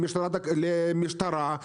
למשטרה,